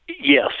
Yes